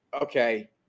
okay